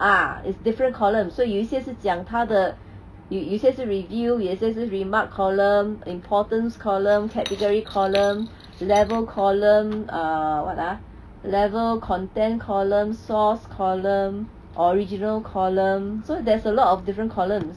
uh is different columns 所以有一些是讲他的有有一些是 review 有一些是 remark column importance column category column level column uh what ah level content column source column original column so there's a lot of different columns